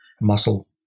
muscle